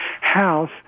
House